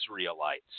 Israelites